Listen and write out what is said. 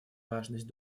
важность